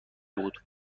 بود